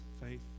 faith